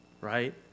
right